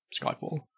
Skyfall